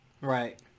Right